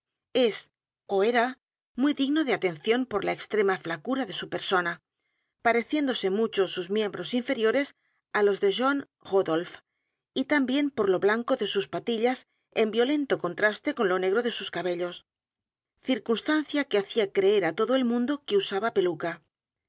era muy digno de atención por la extrema flacura de su persona pareciéndose mucho sus miembros inferiores á los de john r a u d o l p h y también por lo blanco de sus patillas en violento contraste con lo negro de su cabello circunstancia que hacía creer á todo el mundo que usaba peluca